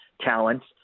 talents